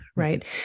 right